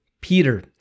Peter